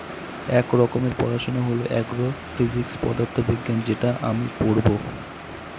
এক রকমের পড়াশোনা হয় এগ্রো ফিজিক্স পদার্থ বিজ্ঞান যেটা আমি পড়বো